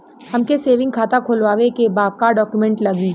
हमके सेविंग खाता खोलवावे के बा का डॉक्यूमेंट लागी?